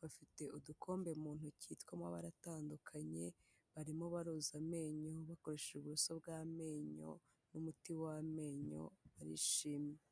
bafite udukombe mu ntoki tw'amabara atandukanye, barimo baroza amenyo bakoresheje uburoso bw'amenyo n'umuti w'amenyo barishimye.